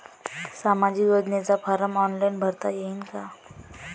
सामाजिक योजनेचा form online भरता येईन का?